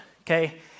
okay